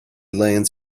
lanes